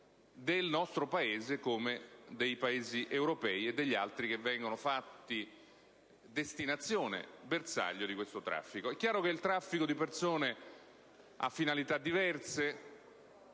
del nostro Paese, come dei Paesi europei e degli altri che vengono fatti destinazione e bersaglio di questo traffico. È chiaro che il traffico di persone ha finalità diverse,